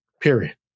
period